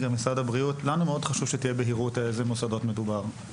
לנו מאוד חשוב שתהיה בהירות על איזה מוסדות מדובר.